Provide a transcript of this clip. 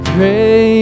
Great